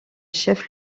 chef